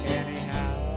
anyhow